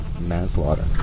manslaughter